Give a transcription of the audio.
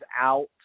out